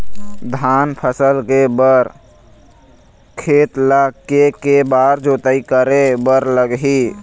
धान फसल के बर खेत ला के के बार जोताई करे बर लगही?